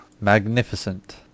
Magnificent